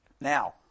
Now